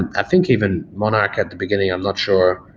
and i think even monarch at the beginning, i'm not sure,